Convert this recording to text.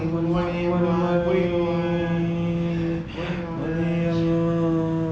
morning morning morning morning